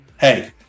Hey